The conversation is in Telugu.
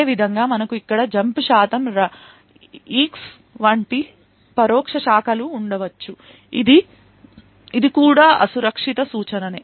అదేవిధంగా మనకు ఇక్కడ జంప్ శాతం EAX వంటి పరోక్ష శాఖలు ఉండవచ్చు ఇది కూడా అసురక్షిత సూచన